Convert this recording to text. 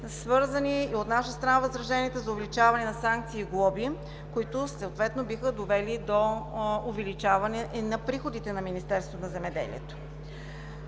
споровете и от наша страна възраженията за увеличаване на санкции и глоби, които съответно биха довели до увеличаване и на приходите на Министерството на земеделието.